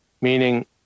meaning